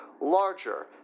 larger